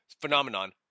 phenomenon